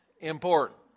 important